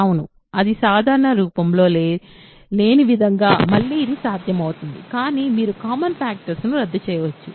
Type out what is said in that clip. అవును ఇది సాధారణ రూపంలో లేని విధంగా మళ్లీ ఇది సాధ్యమవుతుంది కానీ మీరు కామన్ ఫ్యాక్టర్స్ రద్దు చేయవచ్చు